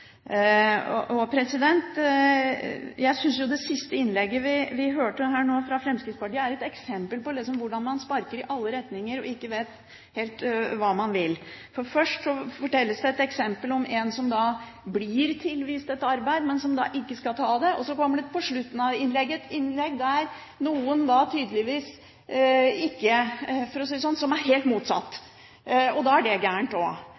Jeg synes det siste innlegget vi hørte fra Fremskrittspartiet her, er et eksempel på hvordan man sparker i alle retninger og ikke helt vet hva man vil. Først kommer det et eksempel om en som blir tilvist et arbeid, men som ikke skal ta det, og så kommer det på slutten et innlegg som er helt motsatt, og da er det også helt galt. Problemet er at vi faktisk må ha et arbeidsliv som også aksepterer mennesker med helseproblemer. Hvis man skal se på gode eksempler, er